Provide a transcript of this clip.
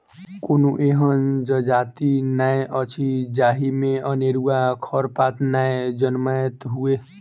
कोनो एहन जजाति नै अछि जाहि मे अनेरूआ खरपात नै जनमैत हुए